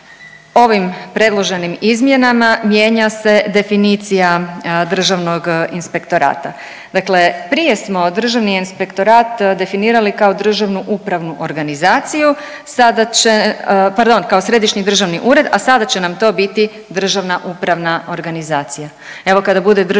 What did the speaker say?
ovim predloženim izmjenama mijenja se definicija državnog inspektorata. Dakle prije smo državni inspektorat definirali kao državnu upravu organizaciju, sada će, pardon, kao središnji državni ured, a sada će nam to biti državna upravna organizacija.